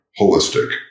holistic